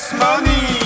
money